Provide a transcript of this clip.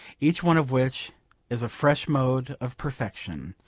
each one of which is a fresh mode of perfection.